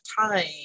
time